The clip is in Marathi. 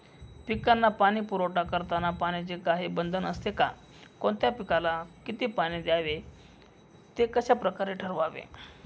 पिकांना पाणी पुरवठा करताना पाण्याचे काही बंधन असते का? कोणत्या पिकाला किती पाणी द्यावे ते कशाप्रकारे ठरवावे?